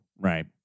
Right